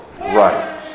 right